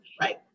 right